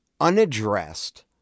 unaddressed